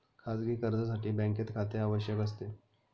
खाजगी कर्जासाठी बँकेत खाते आवश्यक असते